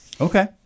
Okay